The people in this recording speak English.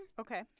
Okay